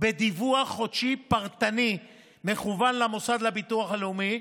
בדיווח חודשי פרטני מקוון למוסד לביטוח לאומי,